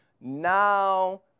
now